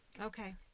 Okay